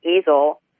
easel